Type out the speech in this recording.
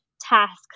tasks